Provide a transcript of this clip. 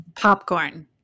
Popcorn